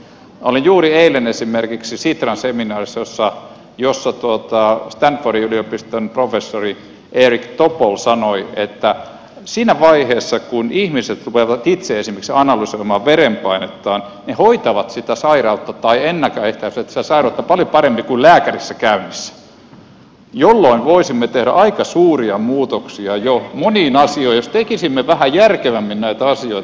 olin juuri eilen esimerkiksi sitran seminaarissa jossa stanfordin yliopiston professori eric topol sanoi että siinä vaiheessa kun ihmiset rupeavat itse esimerkiksi analysoimaan verenpainettaan he hoitavat sitä sairautta tai ennalta ehkäisevät sitä sairautta paljon paremmin kuin lääkärissä käydessä jolloin voisimme jo tehdä aika suuria muutoksia moniin asioihin jos tekisimme vähän järkevämmin näitä asioita